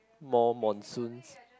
more monsoons